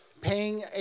paying